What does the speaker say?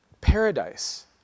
paradise